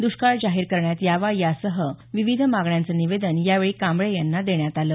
दुष्काळ जाहीर करण्यात यावा यासह विविध मागण्यांचं निवेदन यावेळी कांबळे यांना देण्यात आलं